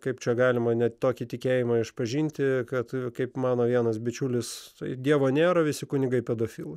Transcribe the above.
kaip čia galima net tokį tikėjimą išpažinti kad kaip mano vienas bičiulis dievo nėra visi kunigai pedofilai